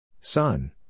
Son